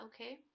okay